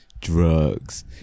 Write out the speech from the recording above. drugs